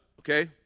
okay